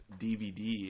dvd